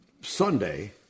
Sunday